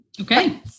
Okay